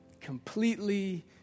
Completely